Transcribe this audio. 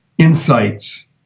Insights